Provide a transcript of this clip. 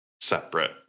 separate